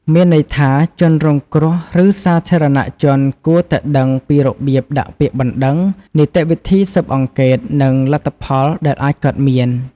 មានន័យថា ជនរងគ្រោះ ឬសាធារណជនគួរតែដឹងពីរបៀបដាក់ពាក្យបណ្តឹង នីតិវិធីស៊ើបអង្កេត និងលទ្ធផលដែលអាចកើតមាន។